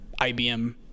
IBM